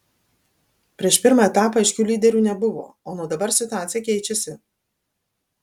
prieš pirmą etapą aiškių lyderių nebuvo o nuo dabar situacija keičiasi